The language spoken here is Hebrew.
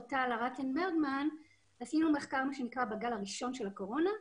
טל ארקין-ברגמן עשינו מחקר בגל הראשון של הקורונה.